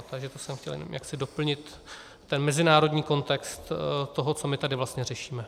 Takže to jsem chtěl doplnit mezinárodní kontext toho, co my tady vlastně řešíme.